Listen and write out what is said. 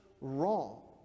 wrong